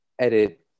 edit